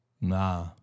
Nah